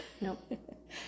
nope